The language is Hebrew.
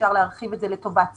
אפשר להרחיב את זה לטובת צוותים,